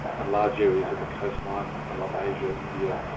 and large areas of the coastline along asia, india,